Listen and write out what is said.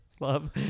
love